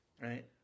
Right